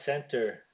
center